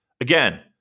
Again